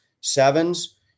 sevens